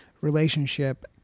relationship